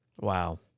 Wow